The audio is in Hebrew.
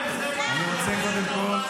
תודה רבה.